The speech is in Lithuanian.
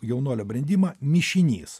jaunuolio brendimą mišinys